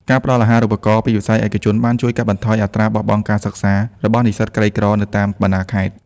ការផ្តល់ អាហារូបករណ៍ ពីវិស័យឯកជនបានជួយកាត់បន្ថយអត្រាបោះបង់ការសិក្សារបស់និស្សិតក្រីក្រនៅតាមបណ្តាខេត្ត។